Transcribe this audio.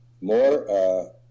more